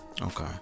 okay